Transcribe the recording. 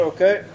Okay